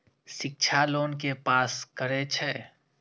शिक्षा लोन के पास करें छै?